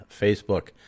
Facebook